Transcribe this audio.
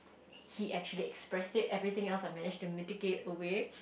he actually expressed it everything else I managed to mitigate away